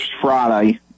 Friday